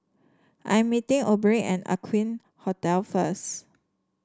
I'm meeting Obie at Aqueen Hotel first